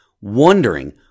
wondering